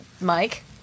Mike